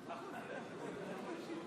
נגד יולי יואל אדלשטיין,